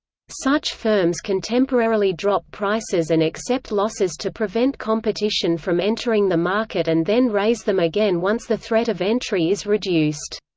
such firms can temporarily drop prices and accept losses to prevent competition from entering the market and then raise them again once the threat of entry is reduced.